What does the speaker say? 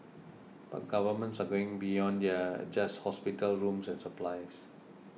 but governments are going beyond just hospital rooms and supplies